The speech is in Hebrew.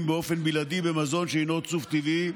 באופן בלעדי במזון שאינו צוף טבעי,